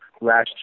last